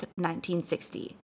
1960